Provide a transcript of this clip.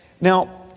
Now